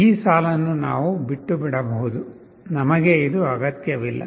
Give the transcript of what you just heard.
ಈ ಸಾಲನ್ನು ನಾವು ಬಿಟ್ಟುಬಿಡಬಹುದು ನಮಗೆ ಇದು ಅಗತ್ಯವಿಲ್ಲ